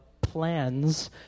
plans